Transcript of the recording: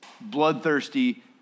bloodthirsty